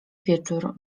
wieczór